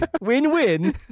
Win-win